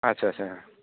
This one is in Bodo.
आदसा आदसा